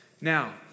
Now